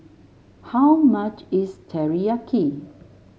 how much is Teriyaki